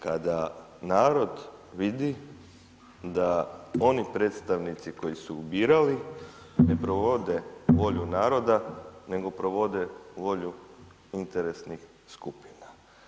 Kada narod vidi da oni predstavnici koji su birali ne provode volju nego provode volju interesnih skupina.